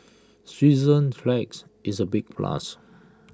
Switzerland's flags is A big plus